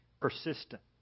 persistent